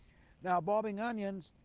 now bulbing onions.